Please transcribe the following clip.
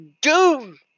Doom